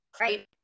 Right